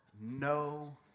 No